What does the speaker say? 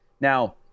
Now